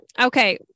okay